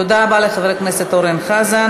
תודה רבה לחבר הכנסת אורן חזן.